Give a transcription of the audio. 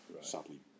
sadly